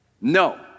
No